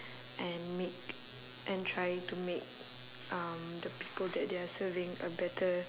and make and try to make um the people that they are serving a better